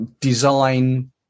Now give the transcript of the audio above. design